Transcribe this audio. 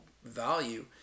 value